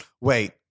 Wait